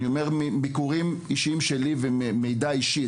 אני אומר את זה מביקורים שלי וממידע אישי,